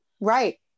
Right